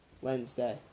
Wednesday